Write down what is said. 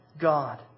God